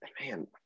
man